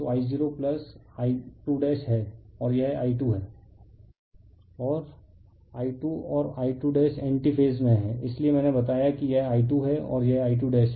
refer slide time 3423 और I2 और I2 anti phase में हैं इसलिए मैंने बताया कि यह I2 है और यह I2 है